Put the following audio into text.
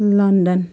London